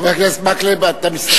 חבר הכנסת מקלב, אתה מסתפק?